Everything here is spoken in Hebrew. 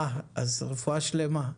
אה, אז רפואה שלמה.